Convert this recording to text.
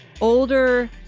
older